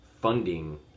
funding